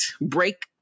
break